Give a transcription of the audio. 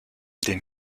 den